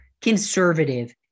conservative